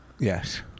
Yes